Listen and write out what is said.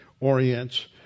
orients